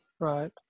right